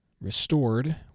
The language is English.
restored